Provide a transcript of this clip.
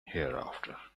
hereafter